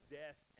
death